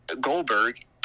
goldberg